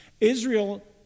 Israel